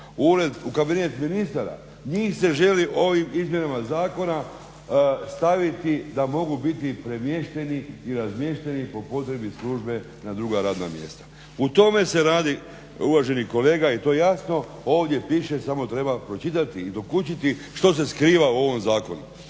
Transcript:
kabinet ministara. Njih se želi ovim izmjenama zakona staviti da mogu biti premješteni i razmješteni po potrebi službe na druga radna mjesta. O tome se radi uvaženi kolega i to jasno ovdje piše samo treba pročitati i dokučiti što se skriva u ovom zakonu.